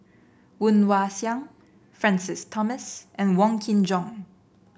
Woon Wah Siang Francis Thomas and Wong Kin Jong